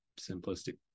simplistic